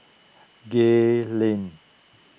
Gay Lane